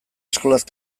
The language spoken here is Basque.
eskolaz